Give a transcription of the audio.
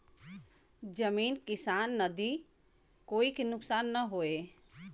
जमीन किसान नदी कोई के नुकसान न होये